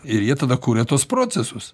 ir jie tada kuria tuos procesus